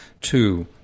two